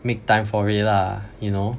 make time for it lah you know